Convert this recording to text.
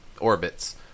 orbits